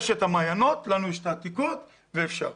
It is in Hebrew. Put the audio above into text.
יש את המעיינות, לנו יש העתיקות ואפשר לפעול.